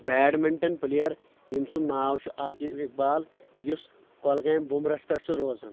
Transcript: badminton player ییٚمۍ سُنٛد ناو چھُ عاقب اقبال یُس کۄگامہِ بُمرس پٮ۪ٹھ چھُ روزان